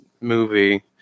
movie